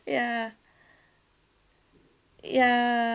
ya ya